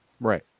Right